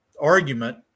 argument